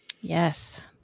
Yes